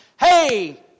Hey